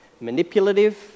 manipulative